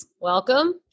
Welcome